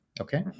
okay